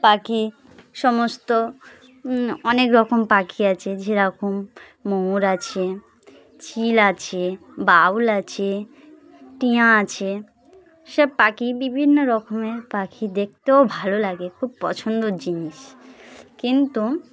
পাখি সমস্ত অনেক রকম পাখি আছে যেরকম ময়ুর আছে চিল আছে বাউল আছে টিয়া আছে এসব পাখি বিভিন্ন রকমের পাখি দেখতেও ভালো লাগে খুব পছন্দের জিনিস কিন্তু